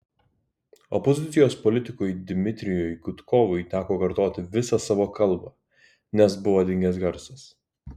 opozicijos politikui dmitrijui gudkovui teko kartoti visą savo kalbą nes buvo dingęs garsas